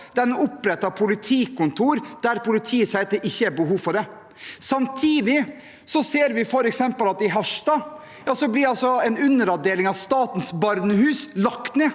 der en oppretter politikontor hvor politiet sier at det ikke er behov for det. Samtidig ser vi f.eks. at i Harstad blir en underavdeling av Statens barnehus lagt ned.